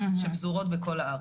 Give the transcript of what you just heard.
שפזורות בכל הארץ.